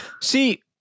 See